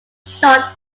shot